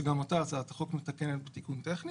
שגם אותה הצעת החוק מתקנת תיקון טכני